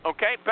Okay